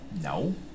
No